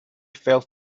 fell